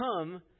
come